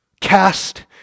Cast